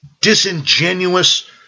disingenuous